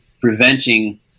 preventing